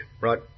right